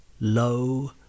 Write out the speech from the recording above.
low